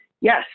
yes